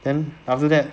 then after that